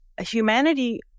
humanity